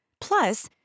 Plus